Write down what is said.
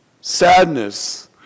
Sadness